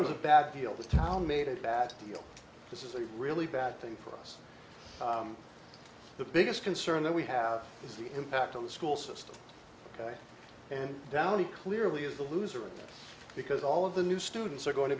it was a bad deal this town made a bad deal this is a really bad thing for us the biggest concern that we have is the impact on the school system and downey clearly is a loser because all of the new students are going to